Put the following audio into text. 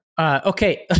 Okay